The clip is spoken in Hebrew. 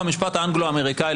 במשפט האנגלו-אמריקני,